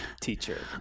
teacher